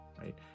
Right